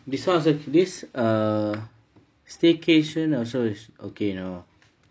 this [one] also this err staycation also is okay you know